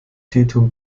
tetum